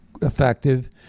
effective